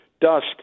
dust